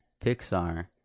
Pixar